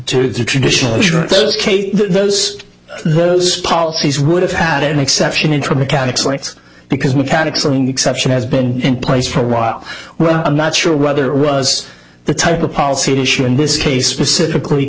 to the traditional those cases those those policies would have had an exception interim mechanics lights because mechanics something exception has been in place for a while well i'm not sure whether it was the type of policy issue in this case specifically